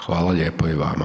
Hvala lijepo i vama.